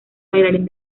bailarín